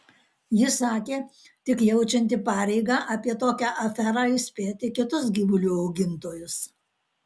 ji sakė tik jaučianti pareigą apie tokią aferą įspėti kitus gyvulių augintojus